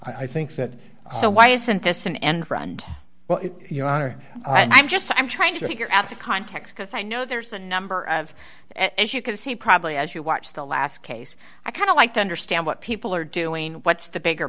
ok i think that so why isn't this an end run well if you are i'm just i'm trying to figure out the context because i know there's a number of as you can see probably as you watch the last case i kind of like to understand what people are doing what's the bigger